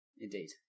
Indeed